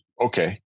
okay